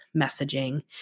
messaging